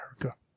America